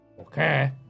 Okay